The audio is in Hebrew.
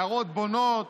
הערות בונות,